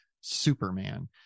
superman